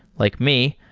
like me,